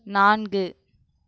நான்கு